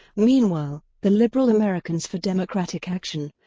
meanwhile, the liberal americans for democratic action,